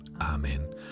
Amen